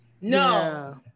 no